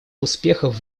успехов